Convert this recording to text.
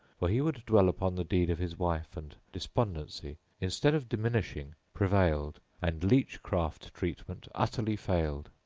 for he would dwell upon the deed of his wife, and despondency, instead of diminishing, prevailed, and leach craft treatment utterly failed.